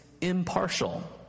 impartial